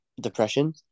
depression